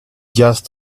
just